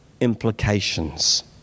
implications